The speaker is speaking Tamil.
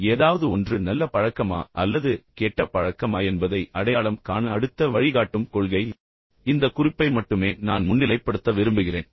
இப்போது ஏதாவது ஒன்று நல்ல பழக்கமா அல்லது கெட்ட பழக்கமா என்பதை அடையாளம் காண அடுத்த வழிகாட்டும் கொள்கை இந்த குறிப்பை மட்டுமே நான் முன்னிலைப்படுத்த விரும்புகிறேன்